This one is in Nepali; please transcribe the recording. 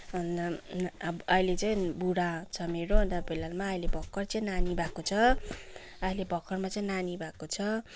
अन्त अब अहिले चाहिँ बुढा छ मेरो अन्त पहिलामा अहिले भर्खरै चाहिँ नानी भएको छ अहिले भर्खरमा चाहिँ नानी भएको छ